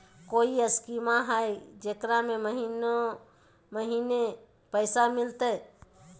कोइ स्कीमा हय, जेकरा में महीने महीने पैसा मिलते?